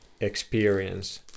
experience